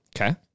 Okay